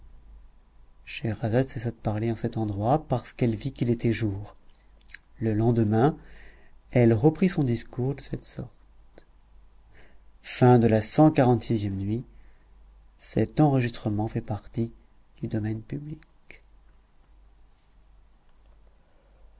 scheherazade cessa de parler en cet endroit parce qu'elle vit qu'il était jour le lendemain elle reprit son discours de cette sorte